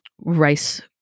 rice